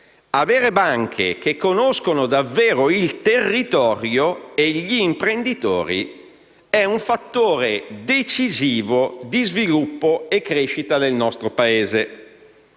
avere banche che conoscono davvero il territorio e gli imprenditori è un fattore decisivo di sviluppo e crescita del nostro Paese.